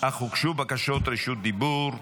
אך הוגשו בקשות רשות דיבור.